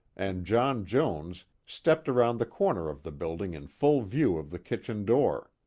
and john jones, stepped around the corner of the building in full view of the kitchen door.